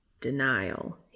Denial